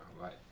right